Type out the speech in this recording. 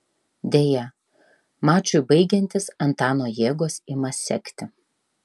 deja mačui baigiantis antano jėgos ima sekti